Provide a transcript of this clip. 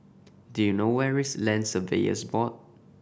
do you know where is Land Surveyors Board